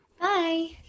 Bye